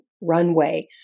runway